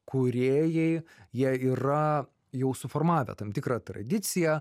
kūrėjai jie yra jau suformavę tam tikrą tradiciją